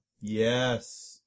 Yes